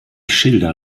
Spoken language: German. schilder